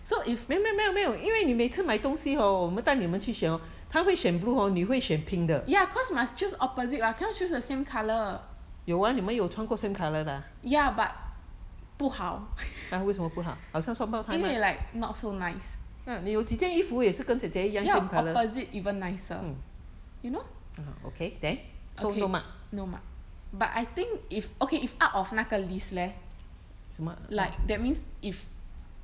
so if ya cause must choose opposite what cannot choose the same colour ya but 不好 因为 like not so nice 要 opposite even nicer you know okay no mark but I think if okay if out of 那个 list leh like that means if